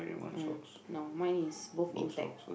mm no mine is both intact